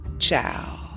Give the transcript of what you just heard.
Ciao